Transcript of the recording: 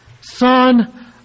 son